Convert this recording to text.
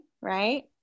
right